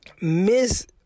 miss